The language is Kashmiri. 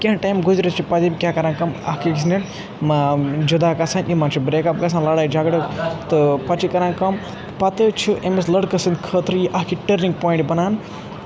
کِینٛہہ ٹایِم گُزرِتھ چھِ پَتہٕ یِم کِیٛاہ کران کٲم اَکھ أکِس نِش ما جُدا گژھان یِمَن چھُ بَریک اَپ گژھان لڑٲے جَگڑٕ تہٕ پَتہٕ چھِ کران کٲم پَتہٕ چُھ أمِس لٔڑکَس سٕنٛدۍ خٲطرٕ یہِ اَکھ ٹٔرنِنٛگ پُوٚیِنٹ بنان